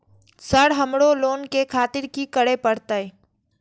Sir हमरो loan ले खातिर की करें परतें?